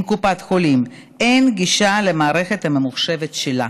קופת החולים אין גישה למערכת הממוחשבת שלה.